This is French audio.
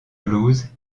blues